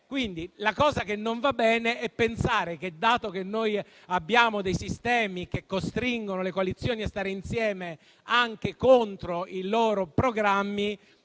cada. La cosa che non va bene è quindi pensare che, dato che abbiamo sistemi che costringono le coalizioni a stare insieme anche contro i loro programmi,